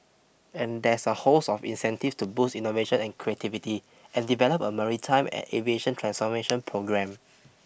and there's a host of incentives to boost innovation and creativity and develop a maritime and aviation transformation programme